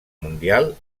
mundial